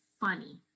funny